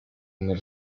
muy